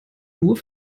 nur